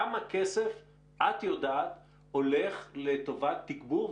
כמה כסף את יודעת הולך לטובת תגבור,